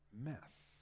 mess